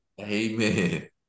Amen